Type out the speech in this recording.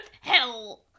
hell